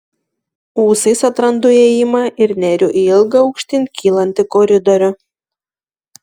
ūsais atrandu įėjimą ir neriu į ilgą aukštyn kylantį koridorių